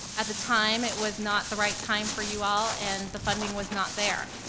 at the time, it was not the right time for you all, and the funding was not there,